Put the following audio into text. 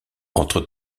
entre